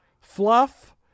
fluff